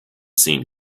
seen